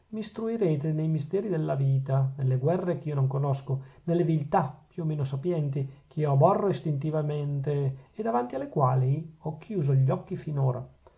nei misteri della vita nelle guerre ch'io non conosco nelle viltà più o meno sapienti che io aborro istintivamente e davanti alle quali ho chiusi gli occhi finora